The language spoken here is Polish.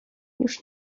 już